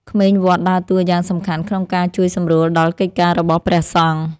ក្មេងវត្តដើរតួយ៉ាងសំខាន់ក្នុងការជួយសម្រួលដល់កិច្ចការរបស់ព្រះសង្ឃ។